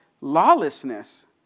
lawlessness